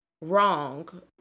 wrong